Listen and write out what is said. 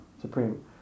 supreme